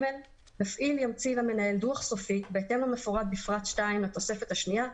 מפעיל ימציא למנהל דוח סופי בהתאם למפורט בפרט 2 לתוספת השנייה,